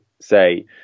say